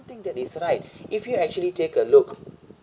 I think that is right if you actually take a look